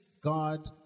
God